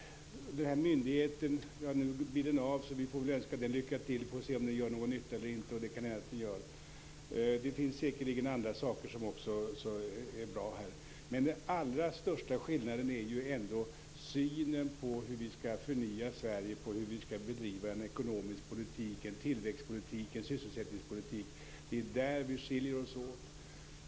Nu blir myndigheten av. Vi får önska den lycka till. Vi får se om den gör någon nytta eller om den inte gör det. Det kan hända att den gör. Det finns säkerligen andra bra saker. Den allra största skillnaden är ändå synen på hur vi skall förnya Sverige och på hur vi skall bedriva en ekonomisk politik, en tillväxtpolitik och en sysselsättningspolitik. Det är där vi skiljer oss åt.